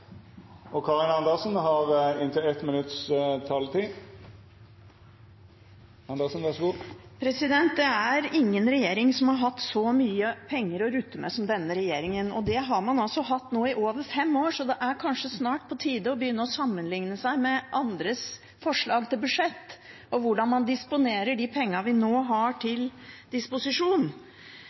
Det er ingen regjering som har hatt så mye penger å rutte med som denne regjeringen. Det har man hatt nå i over fem år, så det er kanskje snart på tide å begynne å sammenlikne seg med andres forslag til budsjett og hvordan man disponerer de pengene vi nå har til disposisjon.